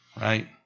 right